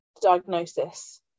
diagnosis